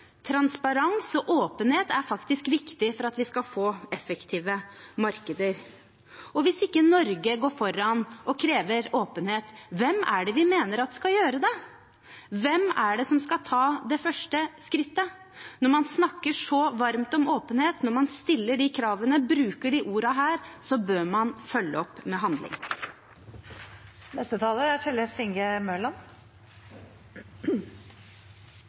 Transparens og åpenhet er faktisk viktig for at vi skal få effektive markeder. Hvis ikke Norge går foran og krever åpenhet, hvem er det vi mener at skal gjøre det? Hvem er det som skal ta det første skrittet? Når man snakker så varmt om åpenhet, når man stiller de kravene og bruker de ordene her, bør man følge opp med